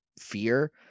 fear